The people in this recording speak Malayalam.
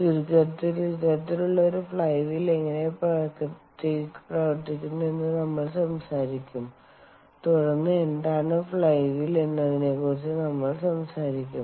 ചുരുക്കത്തിൽ ഇത്തരത്തിലുള്ള ഒരു ഫ്ലൈ വീൽ എങ്ങനെ പ്രവർത്തിക്കുന്നുവെന്ന് നമ്മൾ സംസാരിക്കും തുടർന്ന് എന്താണ് ഫ്ലൈ വീൽ എന്നതിനെക്കുറിച്ച് നമ്മൾ സംസാരിക്കും